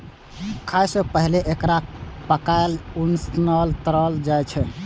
खाय सं पहिने एकरा पकाएल, उसनल, तरल जाइ छै